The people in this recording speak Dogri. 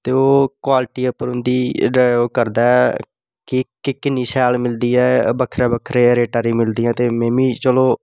ते ओह् क्वालिटी उप्पर होंदा ते ओह् करदा ऐ कि किन्नी शैल मिलदी ऐ बक्खरे बक्खरे रेटे उप्पर मिलदियां ते में बी चलो